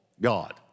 God